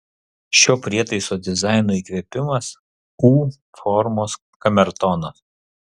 šio prietaiso dizaino įkvėpimas u formos kamertonas